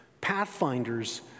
Pathfinders